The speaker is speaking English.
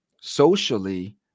socially